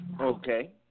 Okay